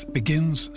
begins